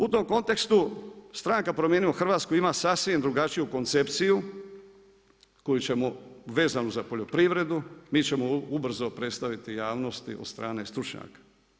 U tom kontekstu stranka Promijenimo Hrvatsku, ima sasvim drugačiju koncepciju, koju ćemo vezano uz poljoprivrednu, mi ćemo ubrzo predstaviti javnosti od strane stručnjaka.